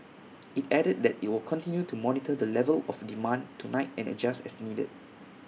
IT added that IT will continue to monitor the level of demand tonight and adjust as needed